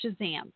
Shazam